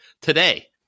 today